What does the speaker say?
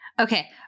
Okay